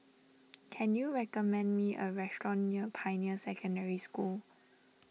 can you recommend me a restaurant near Pioneer Secondary School